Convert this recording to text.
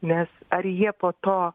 nes ar jie po to